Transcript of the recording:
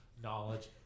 knowledge